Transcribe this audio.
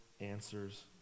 answers